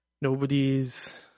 Nobody's